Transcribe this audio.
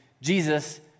Jesus